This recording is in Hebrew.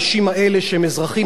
שהם אזרחים ישראלים,